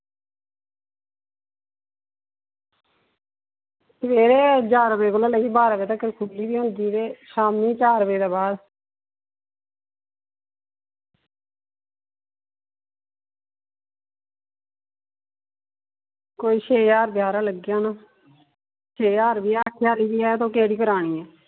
सवेरे ञारां कोला लेइयै बारां बजे तगर खु'ल्ली दी गै होंदी ते शामीं चार बजे दे बाद कोई छे ज्हार रपेऽ हारा लग्गी जाना छे ज्हार बी ऐ अट्ठ ज्हार बी ऐ तुस केह्ड़ी करानी ऐ